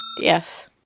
Yes